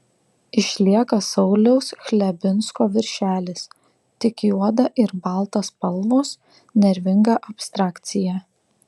išlieka sauliaus chlebinsko viršelis tik juoda ir balta spalvos nervinga abstrakcija